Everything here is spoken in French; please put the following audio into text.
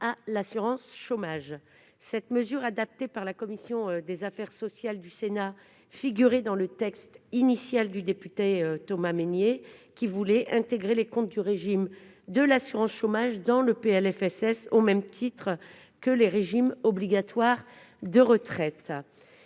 à l'assurance chômage. Cette mesure, adoptée par la commission des affaires sociales du Sénat, figurait dans le texte initial du député Thomas Mesnier, qui voulait intégrer les comptes du régime de l'assurance chômage dans le projet de loi de financement de la